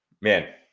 Man